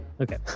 Okay